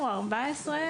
ארעיות,